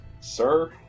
Sir